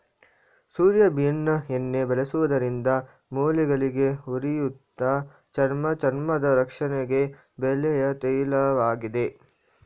soybean ಎಣ್ಣೆ ಬಳಸುವುದರಿಂದ ಮೂಳೆಗಳಿಗೆ, ಉರಿಯೂತ, ಚರ್ಮ ಚರ್ಮದ ರಕ್ಷಣೆಗೆ ಒಳ್ಳೆಯ ತೈಲವಾಗಿದೆ